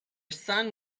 son